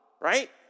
Right